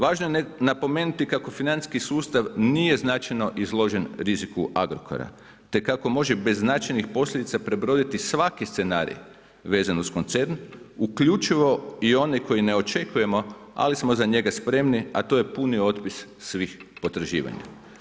Važno je napomenuti kako financijski sustav nije značajno izložen riziku Agrokora, te kako može bez značajnih posljedica prebroditi svaki scenarij vezan uz koncern, uključivo i one koje ne očekujemo, ali smo za njega spremni, a to je puni otpis svih potraživanja.